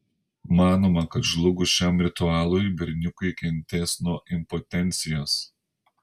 manoma kad žlugus šiam ritualui berniukai kentės nuo impotencijos